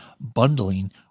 bundling